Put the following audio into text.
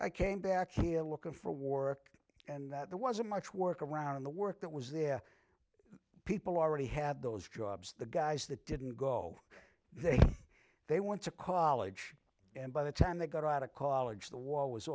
i came back here looking for war and that there wasn't much work around the work that was there people already had those jobs the guys that didn't go there they want to college and by the time they got out of college the war was